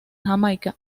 jamaica